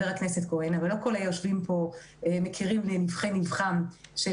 אבל לא כל היושבים פה מכירים את נבכי נבכם של